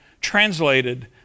translated